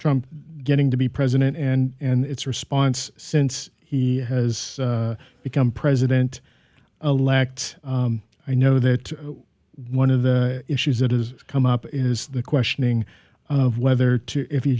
trump getting to be president and its response since he has become president elect i know that one of the issues that has come up is the questioning of whether to if you